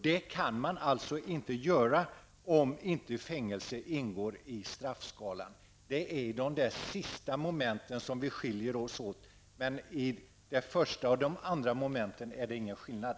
Det kan man alltså inte göra, om inte fängelse ingår i straffskalan. Det är i det sista momentet som reservanterna och utskottsmajoriteten skiljer sig åt. I första och andra momentet är det ingen skillnad.